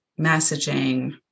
messaging